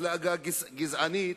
מפלגה גזענית,